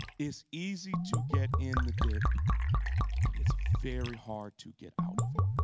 it's easy to get in the dip but it's very hard to get out of it.